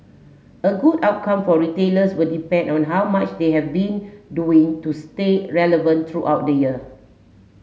a good outcome for retailers will depend on how much they have been doing to stay relevant throughout the year